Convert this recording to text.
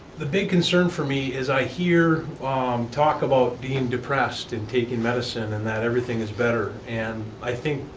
the big concern for me is i hear talk about being depressed and taking medicine and that everything is better, and i think